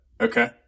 Okay